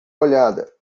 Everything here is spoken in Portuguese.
olhada